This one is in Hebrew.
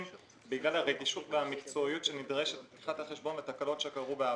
בגלל הרגישות והמקצועיות שנדרשת בפתיחת החשבון והתקלות שקרו בעבר.